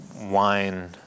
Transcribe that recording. wine